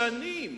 שנים,